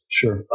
sure